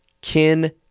Kin